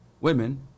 women